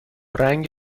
رنگ